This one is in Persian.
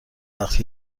وقت